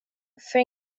för